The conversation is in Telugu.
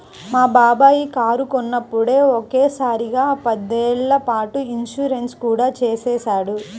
మా బాబాయి కారు కొన్నప్పుడే ఒకే సారిగా పదేళ్ళ పాటు ఇన్సూరెన్సు కూడా చేసేశాడు